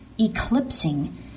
eclipsing